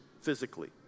physically